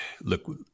Look